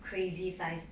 crazy size